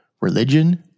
religion